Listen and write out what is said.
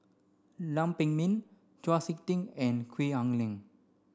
Lam Pin Min Chau Sik Ting and Gwee Ah Leng